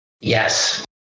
Yes